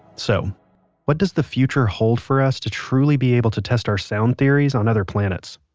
so what does the future hold for us to truly be able to test our sound theories on other planets?